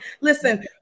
Listen